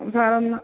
സാറൊന്ന്